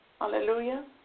Hallelujah